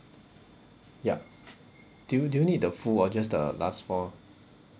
yup do you do you need the full or just the last four